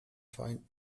vereinten